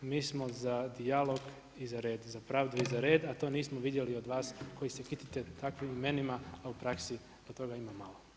Mi smo za dijalog i za red, za pravdu i za red, a to nismo vidjeli od vas koji se kitite takvim imenima, a u praksi od toga ima malo.